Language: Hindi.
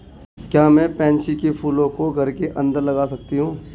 क्या मैं पैंसी कै फूलों को घर के अंदर लगा सकती हूं?